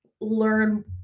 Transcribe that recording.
learn